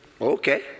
okay